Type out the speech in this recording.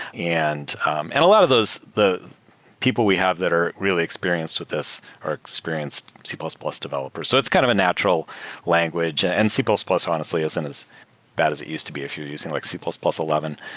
and um and a lot of those the people we have that are really experience with this are experienced c plus plus developers. so it's kind of a natural language, and c plus plus honestly isn't and as bad as it used to be if you're using like c plus plus eleven,